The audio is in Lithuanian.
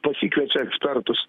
pasikviečia ekspertus